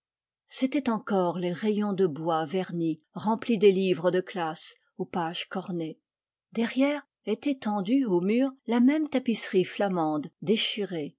c'étaient encore les rayons de bois verni remplis des livres de classe aux pages cornées derrière était tendue au mur la même tapisserie flamande déchirée